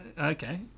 Okay